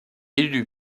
élu